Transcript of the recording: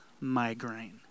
migraine